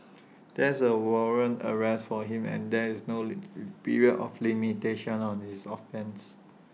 there is A warrant arrest for him and there is no period of limitation on his offence